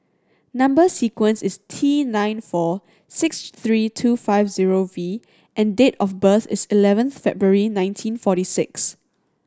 number sequence is T nine four six three two five zero V and date of birth is eleven February nineteen forty six